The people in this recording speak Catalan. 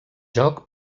joc